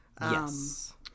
Yes